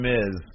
Miz